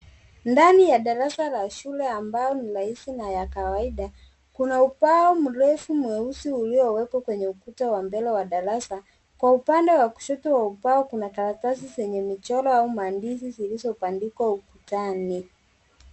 Ndani ya darasa la shule ambalo ni la rahisi na kawaida, kuna ubao mrefu mweusi uliowekwa kwenye ukuta wa mbele wa darasa. Kwa upande wa kushoto wa ubao kuna karatasi zenye michoro au maandishi zilizobandikwa ukutani.